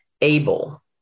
able